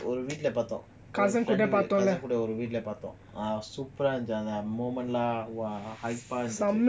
ஒருவீட்லபார்த்தோம்வீட்லபார்த்தோம்சூப்பராஇருந்துச்சு:oru veetla parthom veetla parthom supera irunthuchu